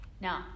Now